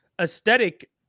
aesthetic